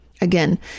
Again